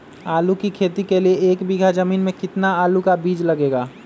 आलू की खेती के लिए एक बीघा जमीन में कितना आलू का बीज लगेगा?